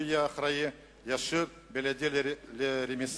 הוא יהיה אחראי ישיר ובלעדי לרמיסת